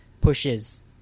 pushes